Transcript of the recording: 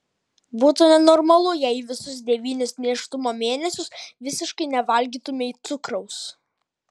būtų nenormalu jei visus devynis nėštumo mėnesius visiškai nevalgytumei cukraus